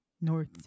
North